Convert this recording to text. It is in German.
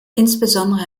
insbesondere